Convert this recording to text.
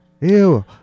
Ew